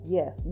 Yes